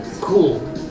Cool